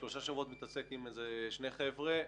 שלושה שבועות אני מתעסק עם שני חבר'ה,